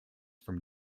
from